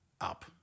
up